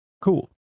Cool